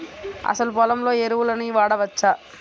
అసలు పొలంలో ఎరువులను వాడవచ్చా?